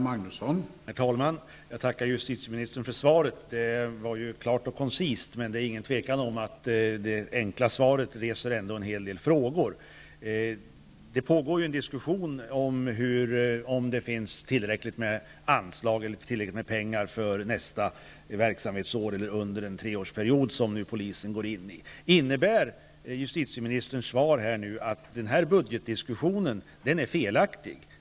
Herr talman! Jag tackar justitieministern för svaret. Det var ju klart och koncist, men det är inget tvivel om att det enkla svaret ändå reser en hel del frågor. Det pågår ju en diskussion om det finns tillräckligt med anslag och tillräckligt med pengar för nästa verksamhetsår, eller under den treårsperiod som polisen nu går in i. Innebär justitieministerns svar att den här budgetdiskussionen är felaktig?